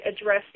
address